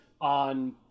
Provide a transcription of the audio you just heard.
on